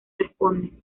responden